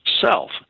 self